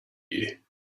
you